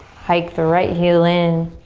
hike the right heel in.